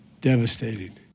Devastating